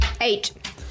Eight